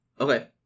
Okay